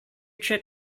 trip